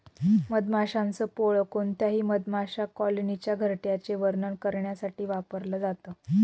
मधमाशांच पोळ कोणत्याही मधमाशा कॉलनीच्या घरट्याचे वर्णन करण्यासाठी वापरल जात